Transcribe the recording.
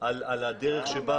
על הדרך.